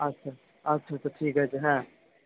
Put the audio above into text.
আচ্ছা আচ্ছা আচ্ছা ঠিক আছে হ্যাঁ